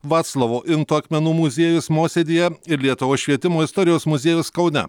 vaclovo into akmenų muziejus mosėdyje ir lietuvos švietimo istorijos muziejus kaune